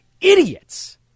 idiots